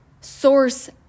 source